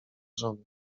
żony